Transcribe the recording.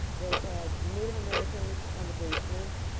they had native americans on the basement.